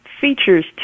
features